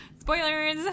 Spoilers